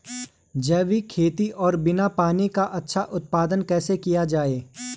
जैविक खेती और बिना पानी का अच्छा उत्पादन कैसे किया जाए?